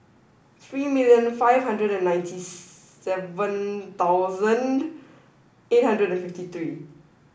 three million five hundred and ninety seven thousand eight hundred and fifty three